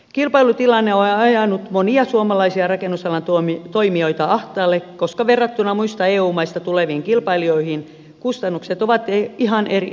kilpailutilanne on ajanut monia suomalaisia rakennusalan toimijoita ahtaalle koska verrattuna muista eu maista tuleviin kilpailijoihin kustannukset ovat ihan eri tasolla